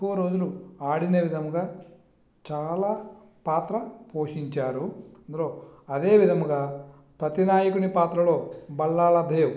ఎక్కువ రోజులు ఆడిన విధంగా చాలా పాత్ర పోషించారు ఇందులో అదే విధంగా ప్రతినాయకుని పాత్రలో భల్లాలదేవ్